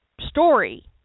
story